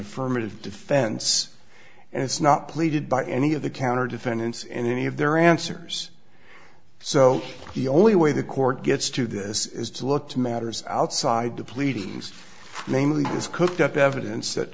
affirmative defense and it's not plated by any of the counter defendants in any of their answers so the only way the court gets to this is to look to matters outside the pleadings mainly has cooked up evidence that